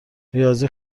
ریاضی